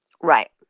Right